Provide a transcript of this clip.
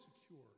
secure